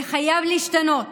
זה חייב להשתנות.